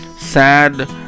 sad